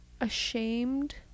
ashamed